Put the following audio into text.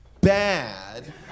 bad